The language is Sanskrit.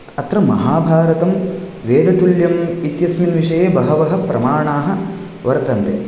अत्र महाभारतं वेदतुल्यम् इत्यस्मिन् विषये बहवः प्रमाणाः वर्तन्ते